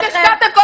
כל הכסף שהשקעתם,